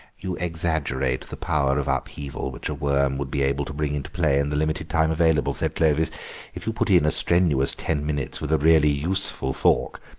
you exaggerate the power of upheaval which a worm would be able to bring into play in the limited time available, said clovis if you put in a strenuous ten minutes with a really useful fork,